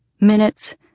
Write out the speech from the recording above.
Minutes